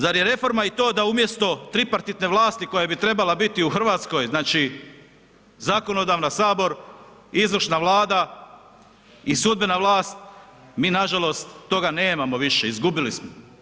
Zar je reforma i to da umjesto tripartitne vlasti koja bi trebala biti u Hrvatskoj, znači zakonodavna, Sabor, izvršna Vlada i sudbena vlast, mi nažalost toga nemamo više, izgubili smo.